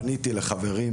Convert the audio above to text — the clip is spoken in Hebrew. פניתי לחברים,